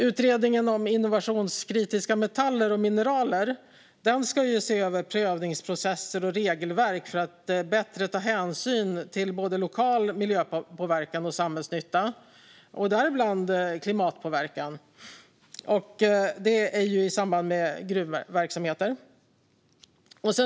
Utredningen om innovationskritiska metaller och mineral ska se över prövningsprocesser och regelverk för att bättre ta hänsyn till både lokal miljöpåverkan och samhällsnytta, däribland klimatpåverkan, i samband med gruvverksamhet.